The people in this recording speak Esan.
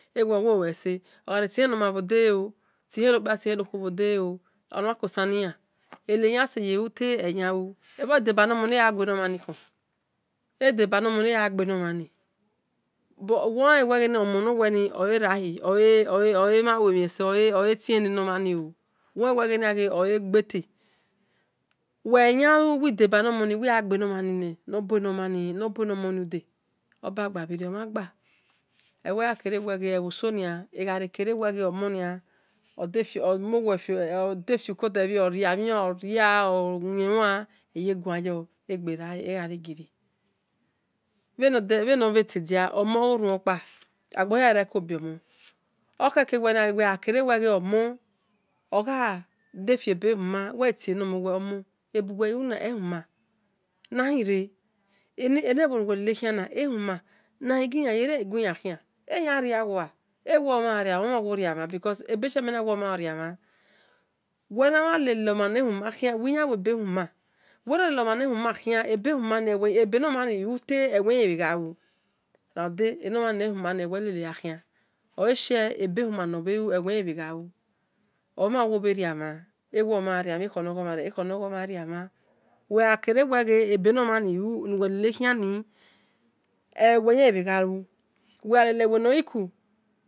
Ewe owo lue ese oghare tihe nomha bho deleoo tihe no kpia tihen nokhuo omhan concerni elan eneyanseye lutai oleyan lu ebho debano mhani egha gue nor mhani khon edeba nor mhani egha gbe no mhani wolen wel ghe omono weni ole rahu ole mhan lue mhi ese oleti-hen ne nor mhan nooo wolen wel ghe ole gbe the weghai yalu wel debanor mani wel gha gbe nomeni nor buenor moni ude oba gba bhirior omhan gba oluwe ya kere weghe ebhoso nia egha rekere wel omoni odefiu kode bhi ona mhico oria owie wan eye guan yor egberale egharie gie-rie bhe nor bhe tay dia omen oghoruon kpa agbonhia rere ko biomo okeke wel gha kere oman ogha defie be huma wel tie omon ebuwel lu na ejuma nahire enebho nuwel lele khiana ejuma hahagianyere eyeguian khian eyan riawua ewe omha ria mhan omhan owo ria-mhan ebeshie mena wel omha orio mhan wel mhana lelo-mhan ne huma wil yan wo do huma wel na lelo mhan ne huma khian ese nomhani lu text oluwe ya be gha lu eluweyabhe gha lu wel gha le le bho leku